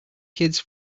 kids